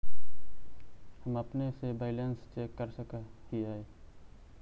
हम अपने से बैलेंस चेक कर सक हिए?